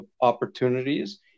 opportunities